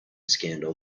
scandal